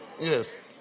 Yes